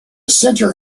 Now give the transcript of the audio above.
center